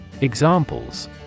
examples